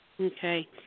Okay